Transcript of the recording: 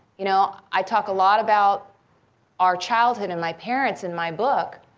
you know i talk a lot about our childhood and my parents in my book,